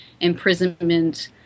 imprisonment